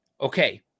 Okay